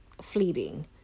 fleeting